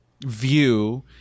view